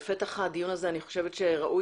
בפתח הדיון הזה אומר שאני חושבת שראוי